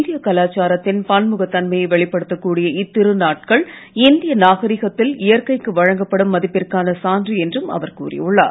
இந்திய கலாச்சாரத்தின் பன்முகத் தன்மையை வெளிப்படுத்தக் கூடிய இத்திருநாட்கள் இந்திய நாகரீகத்தில் இயற்கைக்கு வழங்கப்படும் மதிப்பிற்கான சான்று என்றும் அவர் கூறியுள்ளார்